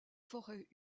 forêts